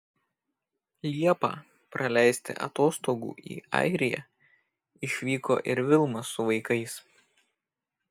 liepą praleisti atostogų į airiją išvyko ir vilma su vaikais